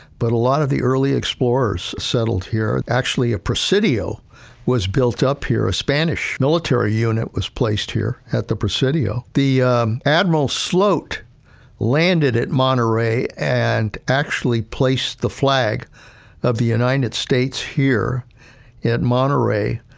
but a lot of the early explorers settled here, actually, a presidio was built up here, a spanish military unit was placed here at the presidio. the um admiral sloat landed at monterey and actually placed the flag of the united states here at monterey,